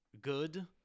good